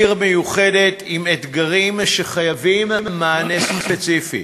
עיר מיוחדת עם אתגרים שדורשים מענה ספציפי.